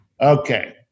Okay